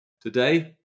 Today